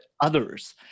others